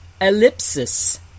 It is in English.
ellipsis